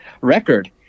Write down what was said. record